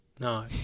No